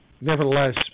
Nevertheless